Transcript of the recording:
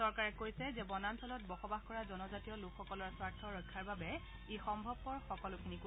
চৰকাৰে কৈছে যে বনাঞ্চলত বসবাস কৰা জনজাতীয় লোকসকলৰ স্বাৰ্থ ৰক্ষাৰ বাবে ই সম্ভৱপৰ সকলোখিনি কৰিব